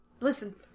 Listen